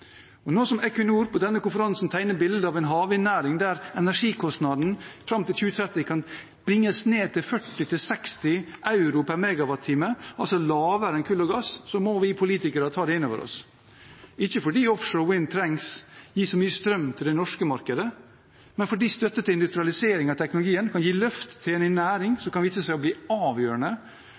Nå som Equinor på denne konferansen tegnet et bilde av en havvindnæring der energikostnaden fram mot 2030 kan bringes ned til 40–60 euro per MWh, altså lavere enn for kull og gass, må vi politikere ta det inn over oss – ikke fordi offshore vind trenger å gi så mye strøm til det norske markedet, men fordi støtte til industrialisering av teknologien kan gi et løft til en ny næring som kan vise seg å bli avgjørende